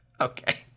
Okay